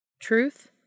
Truth